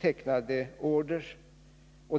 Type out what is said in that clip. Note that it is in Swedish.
tecknade order.